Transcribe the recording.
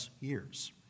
years